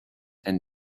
and